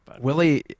Willie